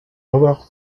revoir